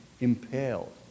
impaled